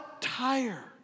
tire